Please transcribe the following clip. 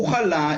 הוא חלה,